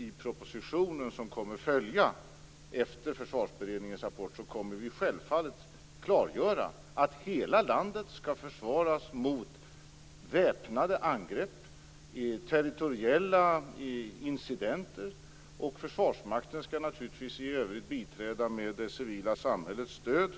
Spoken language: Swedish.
I propositionen som följer på Försvarsberedningens rapport kommer vi självfallet att klargöra att hela landet skall försvaras mot väpnade angrepp och territoriella incidenter. I övrigt skall Försvarsmakten naturligtvis biträda med stöd